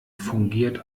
fungiert